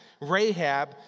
Rahab